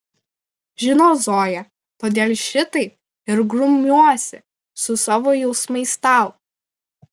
žinau zoja todėl šitaip ir grumiuosi su savo jausmais tau